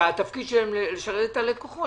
שהתפקיד שלהם הוא לשרת את הלקוחות,